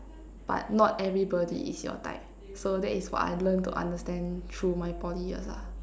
but not everybody is your type so that is what I learn to understand through my Poly years lah